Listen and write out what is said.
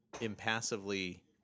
impassively